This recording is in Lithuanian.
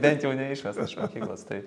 bent jau neišmestas iš mokyklos taip